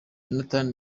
jonathan